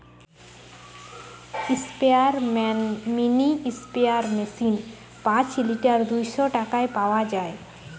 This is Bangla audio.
স্পেয়ারম্যান মিনি স্প্রেয়ার মেশিন পাঁচ লিটার দুইশ টাকায় পাওয়া যায়